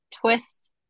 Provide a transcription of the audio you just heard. twist